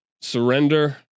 surrender